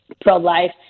pro-life